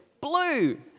blue